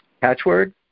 Catchword